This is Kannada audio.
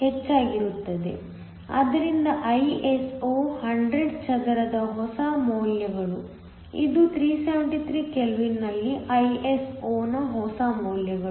ಆದ್ದರಿಂದ Iso 100 ಚದರದ ಹೊಸ ಮೌಲ್ಯಗಳು ಇದು 373 ಕೆಲ್ವಿನ್ ನಲ್ಲಿ Iso ನ ಹೊಸ ಮೌಲ್ಯಗಳು